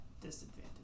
disadvantage